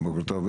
בוקר טוב,